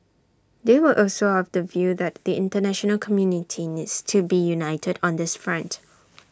they were also of the view that the International community needs to be united on this front